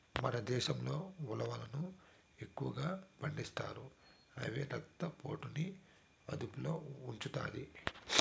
మన దేశంలో ఉలవలను ఎక్కువగా పండిస్తారు, ఇవి రక్త పోటుని అదుపులో ఉంచుతాయి